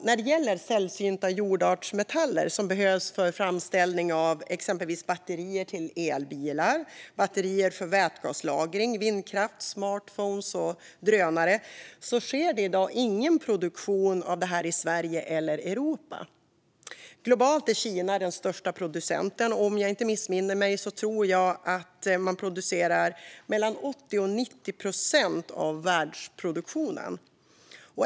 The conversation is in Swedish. När det gäller sällsynta jordartsmetaller, som behövs för framställning av exempelvis batterier till elbilar, batterier för vätgaslagring, vindkraft, smartphones och drönare, sker i dag ingen produktion av detta i Sverige eller Europa. Globalt är Kina den största producenten. Om jag inte missminner mig tror jag att man producerar 80-90 procent av världsproduktionen.